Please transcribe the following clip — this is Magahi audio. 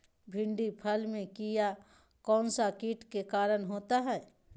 भिंडी फल में किया कौन सा किट के कारण होता है?